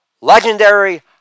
Legendary